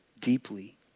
deeply